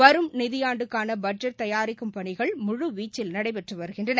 வரும் நிதியாண்டுக்கானபட்ஜெட் தயாரிக்கும் பணிகள் முழுவீச்சில் நடைபெற்றுவருகின்றன